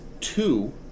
two